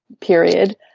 period